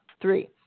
three